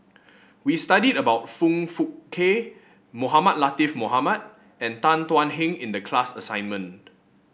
we studied about Foong Fook Kay Mohamed Latiff Mohamed and Tan Thuan Heng in the class assignment